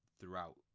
throughout